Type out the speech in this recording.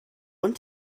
want